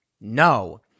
No